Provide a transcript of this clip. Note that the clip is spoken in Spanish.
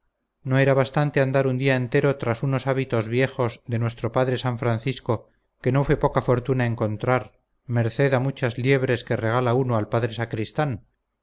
no era bastante andar un día entero tras unos hábitos viejos de nuestro padre san francisco que no fue poca fortuna encontrar merced a muchas liebres que regala uno al padre sacristán